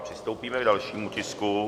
Přistoupíme k dalšímu tisku.